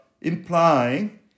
implying